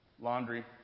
laundry